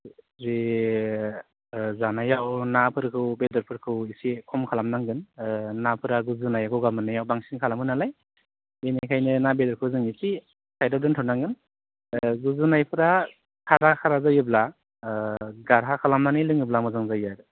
जि जानायाव नाफोरखौ बेदरफोरखौ एसे खम खालामनांगोन नाफोरा गुजुनाय गगा मोन्नायाव बांसिन खालामो नालाय बेनिखायनो ना बेदरखौ जों एसे साइडयाव दोन्थ'नांगोन गुजुनायफ्रा खारा खारा जायोब्ला गारहा खालामनानै लोङोब्ला मोजां जायो आरो